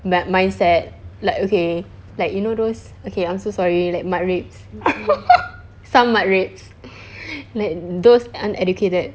but mindset like okay like you know those okay I'm so sorry like mat reps some mat reps like those uneducated